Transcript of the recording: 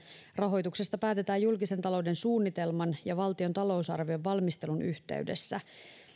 rahoituksesta päätetään julkisen talouden suunnitelman ja valtion talousarvion valmistelun yhteydessä